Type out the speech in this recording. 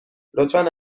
لطفا